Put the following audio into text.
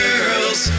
Girls